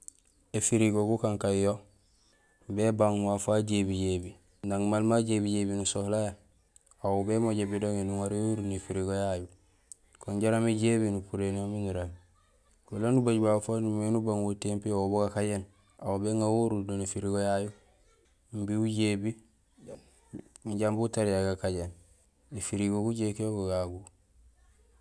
Ifirgo gukankaan yo bébang waaf wa jébijébi nang maal ma j"bijébi nusohlahé aw bémooj ébidonŋi nuŋar yo uruur néfirgo yayu jaraam éjébi nupurénul yo miin guréém wala nubajul babu waaf waan umimé éni ubang wo tiyééŋ piyo wo bugakajéén aw béŋa wo uruur do néfirgo yayu imbi ujébi jambi utariya gakajéén; éfirgo gujéék yo go gagu.